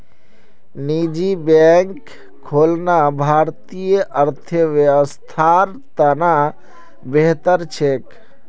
निजी बैंक खुलना भारतीय अर्थव्यवस्थार त न बेहतर छेक